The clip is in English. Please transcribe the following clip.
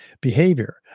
behavior